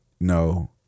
no